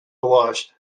blushed